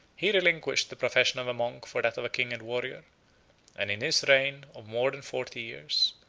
he relinquished the profession of a monk for that of a king and warrior and in his reign of more than forty years,